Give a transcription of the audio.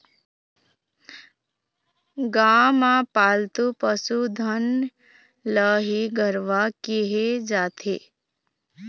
गाँव म पालतू पसु धन ल ही गरूवा केहे जाथे